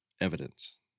evidence